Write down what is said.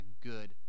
good